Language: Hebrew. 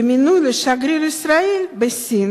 ומינויו לשגריר ישראל בסין